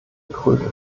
kröte